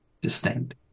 distinct